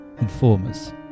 Informers